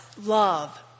love